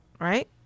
right